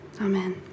amen